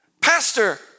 pastor